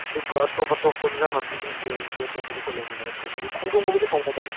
ꯑꯗꯨꯒ ꯑꯇꯣꯞ ꯑꯇꯣꯞꯄ ꯑꯦꯟꯁꯥꯡ ꯅꯥꯄꯤꯁꯤꯡꯁꯦ ꯑꯩꯁꯦ ꯑꯇꯣꯞꯄꯁꯨ ꯈꯔ ꯂꯧꯅꯤꯡꯕ ꯍꯥꯏꯇꯥꯔꯦ ꯊꯕꯤꯁꯦ ꯈꯣꯡꯗ꯭ꯔꯨꯝꯒꯨꯝꯕꯗꯤ ꯐꯪꯕ꯭ꯔꯥ ꯀꯃꯥꯏꯅ ꯇꯧꯒꯦ